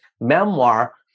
memoir